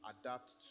adapt